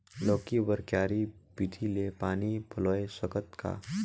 लौकी बर क्यारी विधि ले पानी पलोय सकत का?